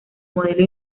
modelo